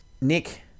Nick